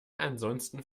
ansonsten